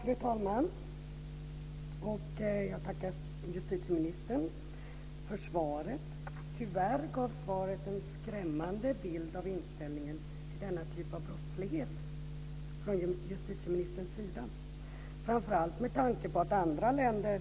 Fru talman! Jag tackar justitieministern för svaret. Tyvärr gav svaret en skrämmande bild av inställningen till denna typ av brottslighet från justitieministerns sida, framför allt med tanke på att det i andra länder